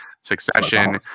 Succession